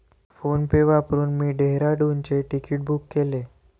PhonePe वापरून मी डेहराडूनचे तिकीट बुक केले